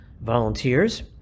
volunteers